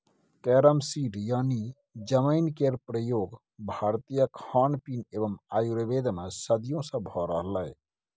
carrom seed यानी जमैन केर प्रयोग भारतीय खानपीन एवं आयुर्वेद मे सदियों सँ भ रहलैए